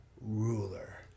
ruler